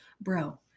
bro